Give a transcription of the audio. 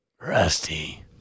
Rusty